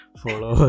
Follow